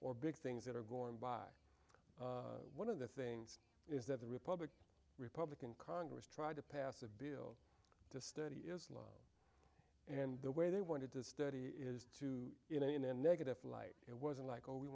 or big things that are going by one of the things is that the republican republican congress tried to pass a bill to study islam and the way they wanted to study is to in a negative light it wasn't like oh we